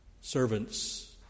servants